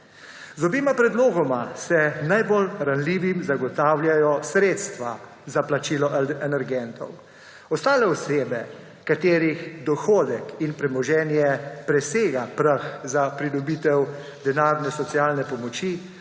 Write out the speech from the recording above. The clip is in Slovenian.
Z obema predlogoma se najbolj ranljivim zagotavljajo sredstva za plačilo energentov. Ostale osebe, katerih dohodek in premoženje presega prag za pridobitev denarne socialne pomoči,